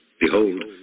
Behold